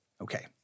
Okay